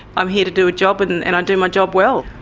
i'm here to do a job and and and i do my job well.